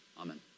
Amen